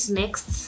next